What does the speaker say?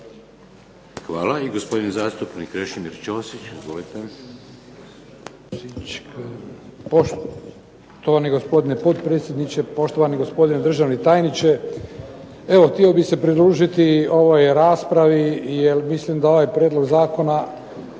Hvala. I gospodin zastupnik Krešimir Ćosić. Izvolite.